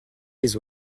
les